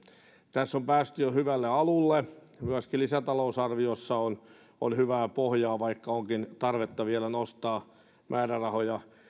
tässä on päästy jo hyvälle alulle myöskin lisätalousarviossa on on hyvää pohjaa vaikka onkin tarvetta vielä nostaa määrärahoja